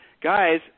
guys